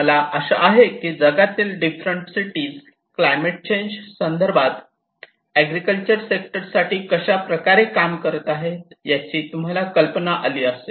मला आशा आहे की जगातील डिफरंट सिटी क्लायमेट चेंज संदर्भात एग्रीकल्चर सेक्टर साठी कशाप्रकारे काम करत आहेत याची तुम्हाला कल्पना आली असेल